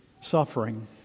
suffering